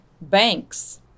banks